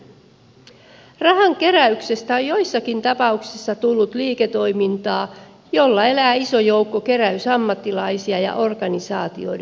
rahankeräyksestä on joissakin tapauksissa tullut liiketoimintaa jolla elää iso joukko ke räysammattilaisia ja organisaatioiden johtoa